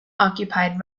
occupied